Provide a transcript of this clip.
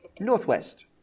northwest